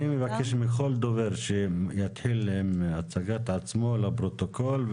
אני מבקש מכל דובר שיתחיל עם הצגת עצמו לפרוטוקול.